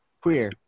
queer